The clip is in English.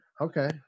Okay